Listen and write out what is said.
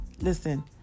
Listen